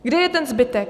Kde je ten zbytek?